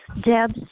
Deb's